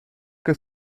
que